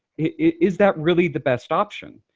is that really the best option?